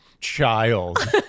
child